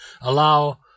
allow